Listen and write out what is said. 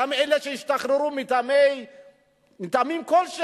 גם אלה שהשתחררו מטעמים כלשהם